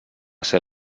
ser